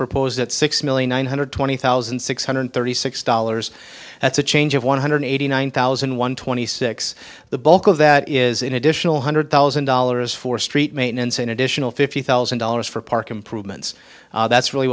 proposed at six million one hundred twenty thousand six hundred thirty six dollars that's a change of one hundred eighty nine thousand one twenty six the bulk of that is an additional hundred thousand dollars for street maintenance an additional fifty thousand dollars for park improvements that's really